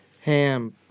Ham